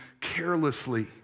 carelessly